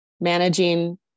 managing